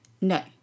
No